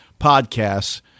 podcasts